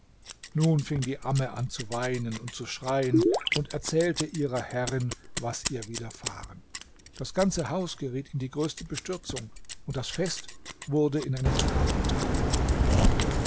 nun fing die amme an zu weinen und zu schreien und erzählte ihrer herrin was ihr widerfahren das ganze haus geriet in die größte bestürzung und das fest wurde in einen trauertag verwandelt